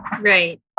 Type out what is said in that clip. Right